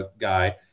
guy